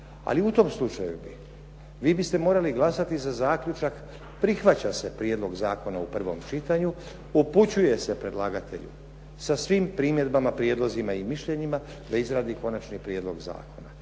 Ali u tom slučaju vi biste morali glasati za zaključak, prihvaća se prijedlog zakona u prvom čitanju, upućuje se predlagatelju sa svim primjedbama, prijedlozima i mišljenjima da izradi konačni prijedlog zakona.